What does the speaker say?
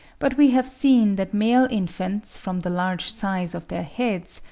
but we have seen that male infants, from the large size of their heads,